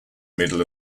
middle